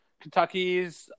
Kentucky's